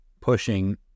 pushing